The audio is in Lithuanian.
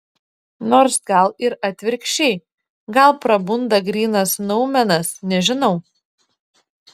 nors gal ir atvirkščiai gal prabunda grynas noumenas nežinau